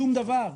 שום דבר.